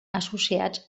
associats